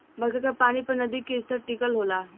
बरखा के पानी पर नदी के स्तर टिकल होला